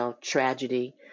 tragedy